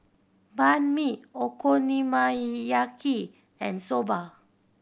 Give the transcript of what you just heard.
Banh Mi Okonomiyaki and Soba